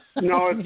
No